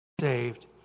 saved